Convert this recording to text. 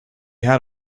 had